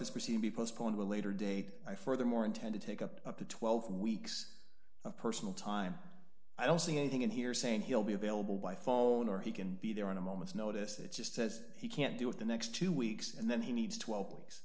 this proceed be postponed a later date i furthermore intend to take up to twelve weeks of personal time i don't see anything in here saying he'll be available by phone or he can be there on a moment's notice it just says he can't do it the next two weeks and then he needs twelve weeks